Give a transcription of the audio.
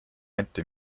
anti